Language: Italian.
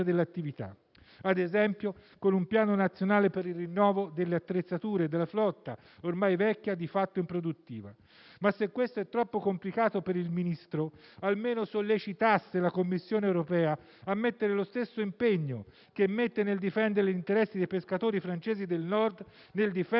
ad esempio con un piano nazionale per il rinnovo delle attrezzature della flotta, ormai vecchia e di fatto improduttiva. Tuttavia, se questo è troppo complicato per il Ministro, almeno sollecitasse la Commissione europea a mettere lo stesso impegno che mette nel difendere gli interessi dei pescatori francesi del Nord nel difendere anche quelli